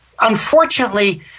Unfortunately